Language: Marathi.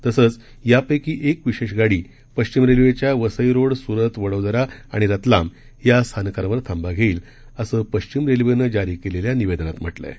तसंच यापैकी एक विशेष गाडी पश्विम रेल्वेच्या वसई रोड सुरत वडोदरा आणि रतलाम या स्थानकांवर थांबा घेईल असं पश्विम रेल्वेनं जारी केलेल्या निवेदनात म्हटलं आहे